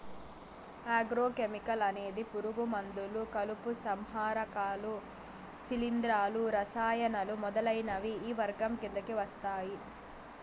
agro chemical అనేది పురుగు మందులు, కలుపు సంహారకాలు, శిలీంధ్రాలు, రసాయనాలు మొదలైనవి ఈ వర్గం కిందకి వస్తాయి